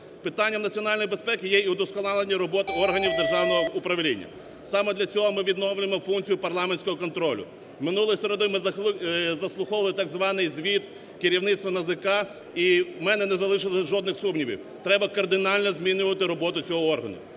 Питання національної безпеки є і удосконалення роботи органів державного управління. Саме для цього ми відновлюємо функцію парламентського контролю. Минулої середи ми заслуховували так званий звіт керівництва НАЗК, і у мене не залишилось жодних сумнівів, треба кардинально змінювати роботу цього органу.